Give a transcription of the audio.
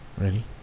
Ready